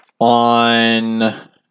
on